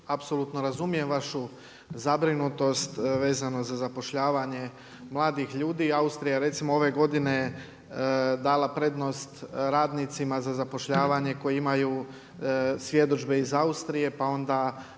apsolutno razumijem vašu zabrinutost vezano za zapošljavanje mladih ljudi. Austrija je recimo ove godine dala prednost radnicima za zapošljavanje koji imaju svjedodžbe iz Austrije, pa onda